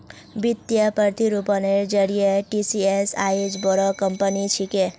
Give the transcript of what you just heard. वित्तीय प्रतिरूपनेर जरिए टीसीएस आईज बोरो कंपनी छिके